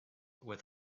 with